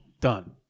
Done